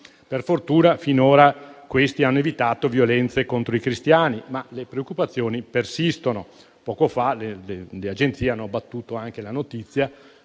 Per fortuna, finora questi hanno evitato violenze contro i cristiani, ma le preoccupazioni persistono. Poco fa le agenzie hanno battuto anche la notizia